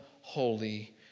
holy